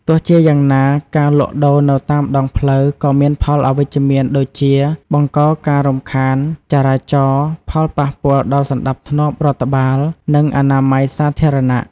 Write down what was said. ទោះជាយ៉ាងណា ការលក់ដូរនៅតាមដងផ្លូវក៏មានផលអវិជ្ជមានដូចជា បង្កការរំខានចរាចរណ៍ ផលប៉ះពាល់ដល់សណ្តាប់ធ្នាប់រដ្ឋបាល និងអនាម័យសាធារណៈ។